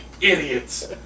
Idiots